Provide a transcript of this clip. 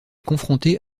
confronté